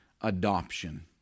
adoption